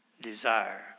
desire